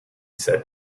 said